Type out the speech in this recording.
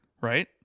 right